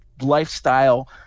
lifestyle –